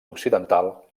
occidental